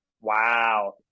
Wow